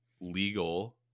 legal